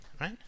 right